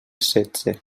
setze